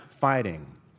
fighting